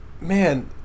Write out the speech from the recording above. man